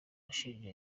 gushinja